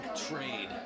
trade